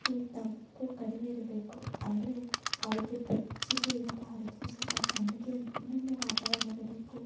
ಗೆ ತಂಪು ಕಡಿಮೆ ಇರಬೇಕು ಅಂದರೆ ಅವ್ಗಳಿಗೆ ಬೆಚ್ಚಗೆ ಇರಬಾರದು ಸ್ವಲ್ಪ ತಣ್ಗೆ ನನ್ನ ವಾತಾವರ್ಣ ಇರಬೇಕು